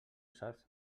saps